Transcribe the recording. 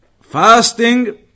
fasting